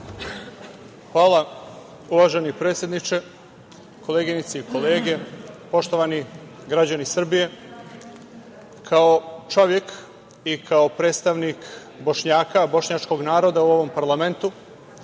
Hvala, uvaženi predsedniče. Koleginice i kolege, poštovani građani Srbije, kao čovek i kao predstavnik Bošnjaka, bošnjačkog naroda u ovom parlamentu,